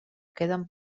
queden